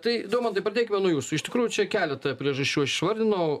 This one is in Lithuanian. tai daumantai pradėkime nuo jūsų iš tikrųjų čia keletą priežasčių išvardinau